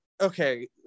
Okay